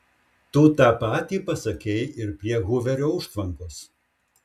tu tą patį pasakei ir prie huverio užtvankos